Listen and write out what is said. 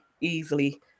easily